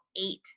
eight